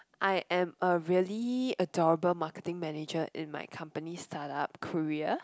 I am a really adorable marketing manager in my company startup career